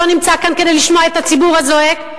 שלא נמצא כאן כדי לשמוע את הציבור הזועק,